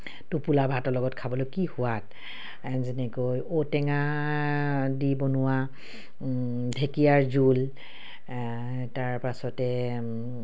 টোপোলা ভাতৰ লগত খাবলৈ কি সোৱাদ যেনেকৈ ঔটেঙা দি বনোৱা ঢেকীয়াৰ জোল তাৰপাছতে